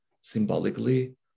symbolically